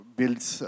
builds